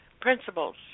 principles